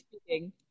speaking